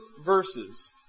verses